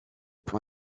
plan